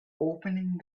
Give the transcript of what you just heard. opening